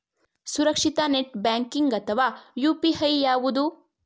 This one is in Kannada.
ಸುರಕ್ಷಿತ ನೆಟ್ ಬ್ಯಾಂಕಿಂಗ್ ಅಥವಾ ಯು.ಪಿ.ಐ ಯಾವುದು?